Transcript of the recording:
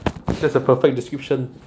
that's a perfect description